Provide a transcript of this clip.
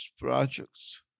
projects